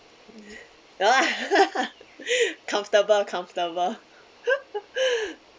no lah comfortable comfortable